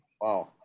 Wow